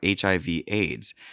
HIV-AIDS